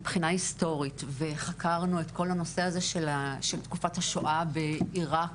מבחינה היסטורית וחקרנו את כל הנושא הזה של תקופת השואה ועירק,